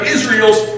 Israel's